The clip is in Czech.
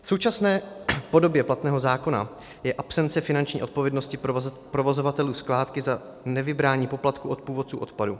V současné podobě platného zákona je absence finanční odpovědnosti provozovatelů skládky za nevybrání poplatku od původců odpadu.